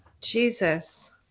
Jesus